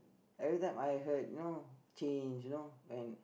every time I heard you know change you know when